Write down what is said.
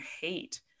hate